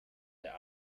der